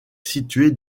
située